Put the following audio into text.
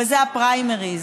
וזה הפריימריז.